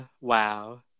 wow